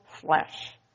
flesh